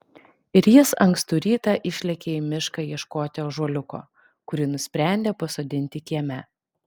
ir jis ankstų rytą išlėkė į mišką ieškoti ąžuoliuko kurį nusprendė pasodinti kieme